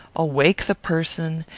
awake the person,